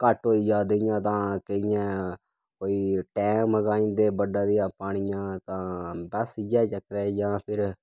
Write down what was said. घट्ट होई जा इयां तां केइयें कोई टैंक मंगाई दे बड्डा देआ पानिया तां बस इ'यै चक्करै च जां फिर